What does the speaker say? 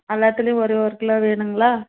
எல்லாத்திலையும் ஒரு ஒரு கிலோ வேணுங்களா